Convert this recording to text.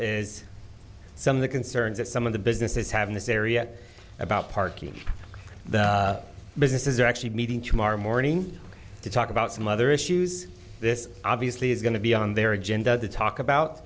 is some of the concerns that some of the businesses have in this area about parky the business is actually meeting tomorrow morning to talk about some other issues this obviously is going to be on their agenda to talk about